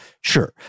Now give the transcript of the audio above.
Sure